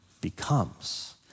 becomes